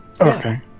okay